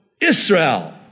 Israel